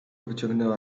wyciągnęła